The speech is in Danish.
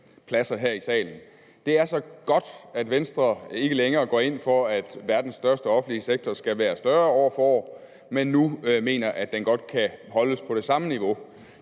pladser her i salen. Det er så godt, at Venstre ikke længere går ind for, at verdens største offentlige sektor skal være større år for år, men nu mener, at den godt kan holdes på det samme niveau.